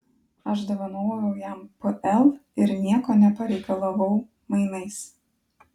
aš dovanojau jam pl ir nieko nepareikalavau mainais